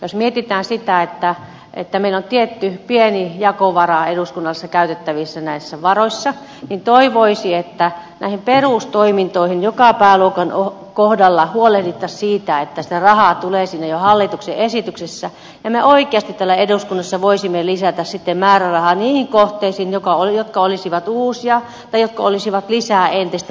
jos mietitään sitä että meillä on tietty pieni jakovara eduskunnassa käytettävissä näissä varoissa niin toivoisi että näissä perustoiminnoissa joka pääluokan kohdalla huolehdittaisiin siitä että sitä rahaa tulee sinne jo hallituksen esityksessä ja me oikeasti täällä eduskunnassa voisimme lisätä sitten määrärahaa niihin kohteisiin jotka olisivat uusia tai jotka olisivat lisää entisten päälle